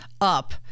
up